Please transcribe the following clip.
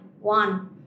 one